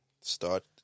start